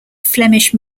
flemish